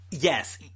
Yes